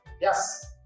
Yes